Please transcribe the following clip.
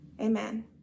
Amen